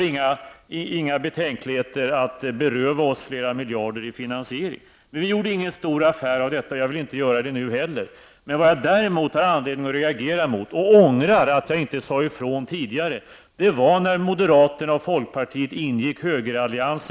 Det fanns inga betänkligheter att beröva oss flera miljarder i finansiering. Men vi gjorde ingen stor affär av detta, och jag vill inte göra det nu heller. Däremot har jag anledning att reagera emot -- och jag ångrar att jag inte sade ifrån tidigare -- moderaternas och folkpartiets högerallians.